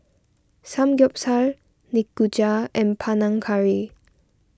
Samgyeopsal Nikujaga and Panang Curry